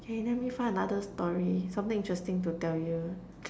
K then let me find another story something interesting to tell you